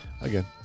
Again